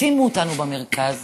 שימו אותנו במרכז,